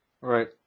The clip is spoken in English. Right